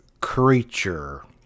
creature